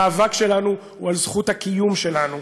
המאבק שלנו הוא על זכות הקיום שלנו.